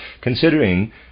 Considering